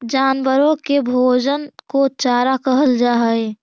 जानवरों के भोजन को चारा कहल जा हई